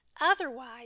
otherwise